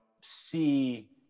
see